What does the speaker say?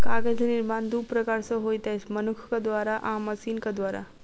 कागज निर्माण दू प्रकार सॅ होइत अछि, मनुखक द्वारा आ मशीनक द्वारा